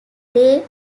day